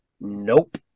nope